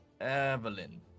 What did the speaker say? Evelyn